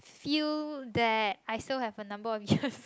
feel that I still have a number of years